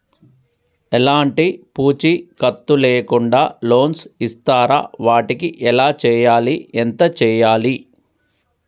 ఎలాంటి పూచీకత్తు లేకుండా లోన్స్ ఇస్తారా వాటికి ఎలా చేయాలి ఎంత చేయాలి?